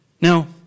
Now